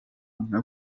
nka